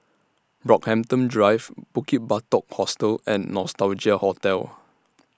Brockhampton Drive Bukit Batok Hostel and Nostalgia Hotel